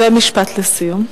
ומשפט לסיום.